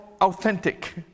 authentic